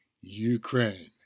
Ukraine